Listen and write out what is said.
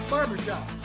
Barbershop